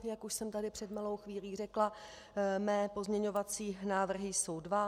Jak už jsem tady před malou chvílí řekla, mé pozměňovací návrhy jsou dva.